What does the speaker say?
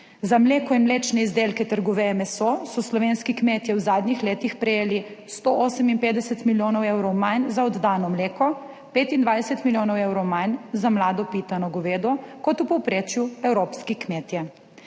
za mleko in mlečne izdelke ter goveje meso so slovenski kmetje v zadnjih letih prejeli 158 milijonov evrov manj za oddano mleko, 25 milijonov evrov manj za mlado pitano govedo kot v povprečju evropski kmetje.